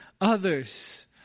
others